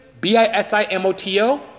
B-I-S-I-M-O-T-O